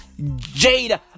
Jada